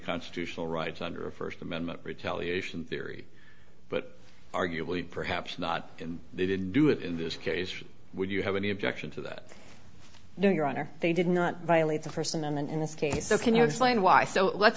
constitutional rights under a st amendment retaliation theory but arguably perhaps not and they didn't do it in this case would you have any objection to that no your honor they did not violate the person and in this case so can you explain why so let's